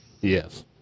Yes